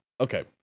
Okay